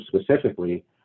specifically